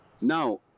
Now